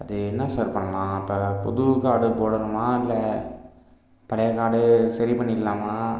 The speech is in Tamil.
அது என்ன சார் பண்ணலாம் இப்போ புது கார்டு போடணுமா இல்லை பழைய கார்டேயே சரி பண்ணிக்கலாமா